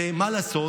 ומה לעשות?